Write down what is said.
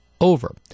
over